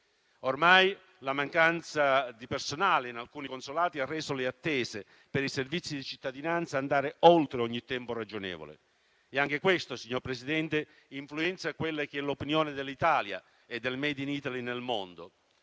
Ormai la mancanza di personale in alcuni consolati ha portato le attese per i servizi di cittadinanza oltre ogni tempo ragionevole e anche questo, signor Presidente, influenza l'opinione sull'Italia e sul *made in Italy* nel mondo.